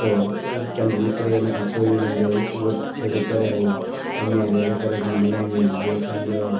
पोइ च चंड निकिरे उनखां पोइ ई उन्हनि जो विर्त छोड़े करे ऐं कंदी आहिनि अहिड़े तरह सां मल्हाईंदियूं आहिनि ॿियो पंहिंजो